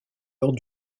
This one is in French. lors